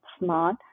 Smart